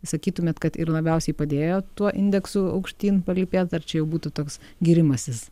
sakytumėt ir kad labiausiai padėjo tuo indeksų aukštyn palypėt ar čia jau būtų toks gyrimasis